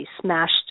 smashed